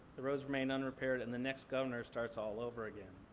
the roads remain unrepaired and the next governor starts all over again.